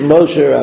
Moshe